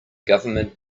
government